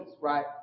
right